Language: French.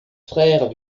frère